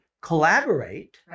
collaborate